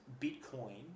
Bitcoin